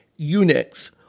Unix